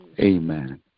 Amen